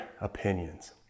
opinions